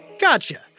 Gotcha